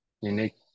unique